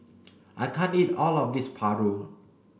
I can't eat all of this Paru